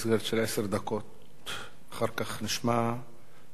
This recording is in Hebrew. אחר כך נשמע את תשובת השר.